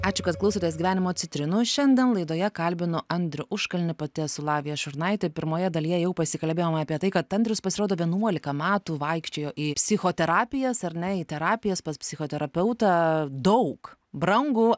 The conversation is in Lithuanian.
ačiū kad klausotės gyvenimo citrinų šiandien laidoje kalbinu andrių užkalnį pati esu lavija šurnaitė pirmoje dalyje jau pasikalbėjom apie tai kad andrius pasirodo vienuolika metų vaikščiojo į psichoterapijas ar ne į terapijas pas psichoterapeutą daug brangu